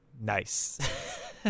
Nice